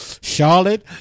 Charlotte